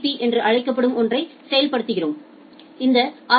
B என்று அழைக்கப்படும் ஒன்றை செயல்படுத்துகிறோம் இந்த ஆர்